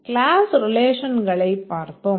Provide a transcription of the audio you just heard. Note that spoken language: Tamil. கிளாஸ் ரிலேஷன்களைப் பார்த்தோம்